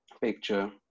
picture